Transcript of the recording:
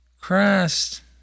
Christ